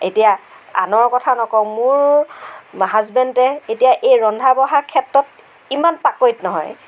এতিয়া আনৰ কথা নকওঁ মোৰ হাজবেণ্ডে এতিয়া এই ৰন্ধা বঢ়া ক্ষেত্ৰত ইমান পাকৈত নহয়